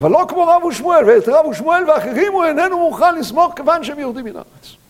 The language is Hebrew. אבל לא כמו רב ושמואל, ואת רב ושמואל ואחרים הוא איננו מוכן לסמוך כיוון שהם יורדים מן הארץ.